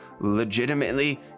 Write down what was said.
legitimately